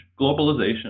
globalization